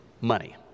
money